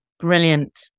Brilliant